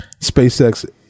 SpaceX